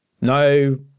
no